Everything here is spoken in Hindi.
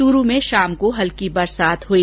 चूरू में शाम को हल्की बरसात हुई